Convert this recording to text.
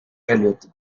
elliott